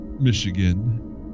Michigan